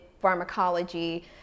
pharmacology